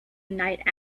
night